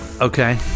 Okay